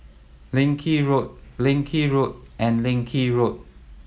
Leng Kee Road Leng Kee Road and Leng Kee Road